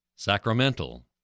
sacramental